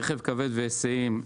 רכב כבד והיסעים,